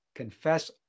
Confess